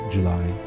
July